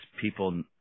people